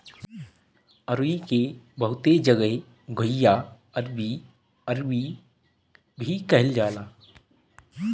अरुई के बहुते जगह घुइयां, अरबी, अरवी भी कहल जाला